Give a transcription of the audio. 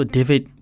David